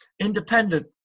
independent